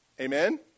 Amen